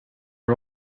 are